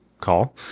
call